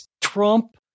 Trump